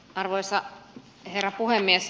arvoisa herra puhemies